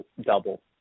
double